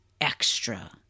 extra